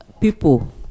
people